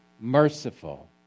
merciful